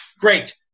great